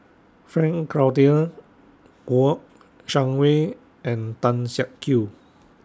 Frank Cloutier Kouo Shang Wei and Tan Siak Kew